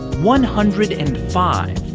one hundred and five.